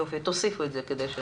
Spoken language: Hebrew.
תוסיפו את זה.